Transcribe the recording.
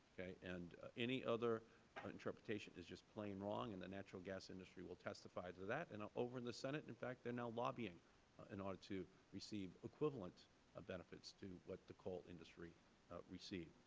and any other interpretation is just plain wrong. and the natural gas industry will testify to that, and ah over in the senate, in fact, they are now lobbying in order to receive equivalent ah benefits to what the coal industry received.